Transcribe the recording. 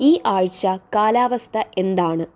ഈ ആഴ്ച കാലാവസ്ഥ എന്താണ്